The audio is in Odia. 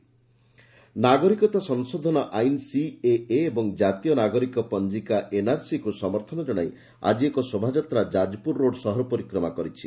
ଶୋଭାଯାତା ନାଗରିକତା ସଂଶୋଧନ ଆଇନ୍ ସିଏଏ ଏବଂ ଜାତୀୟ ନାଗରିକ ପଞିକା ଏନ୍ଆର୍ସିକୁ ସମର୍ଥନ ଜଶାଇ ଆଜି ଏକ ଶୋଭାଯାତ୍ରା ଯାଜପୁର ରୋଡ୍ ସହର ପରିକ୍ରମା କରିଛି